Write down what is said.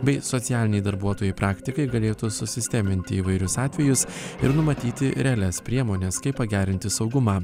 bei socialiniai darbuotojai praktikai galėtų susisteminti įvairius atvejus ir numatyti realias priemones kaip pagerinti saugumą